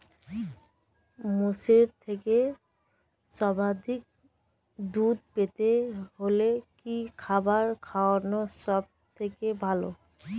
মোষের থেকে সর্বাধিক দুধ পেতে হলে কি খাবার খাওয়ানো সবথেকে ভালো?